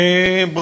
תודה לך,